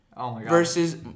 versus